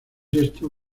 esto